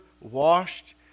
washed